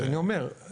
אני אומר,